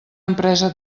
empresa